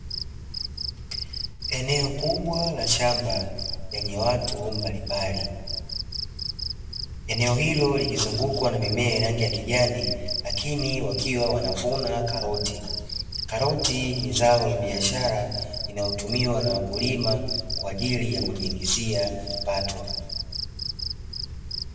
Eneo kubwa la shamba lenye watu mbalimbali, eneo hilo likizungukwa na mimea ya rangi ya kijani lakini wakiwa wanavuna karoti. Karoti ni zao la biashara linalotumiwa na wakulima kwa ajili ya kujiingizia kipato.